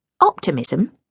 optimism